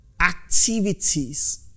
Activities